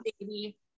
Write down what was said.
baby